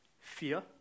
fear